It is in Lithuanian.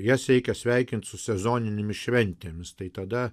jas reikia sveikint su sezoninėmis šventėmis tai tada